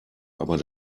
aber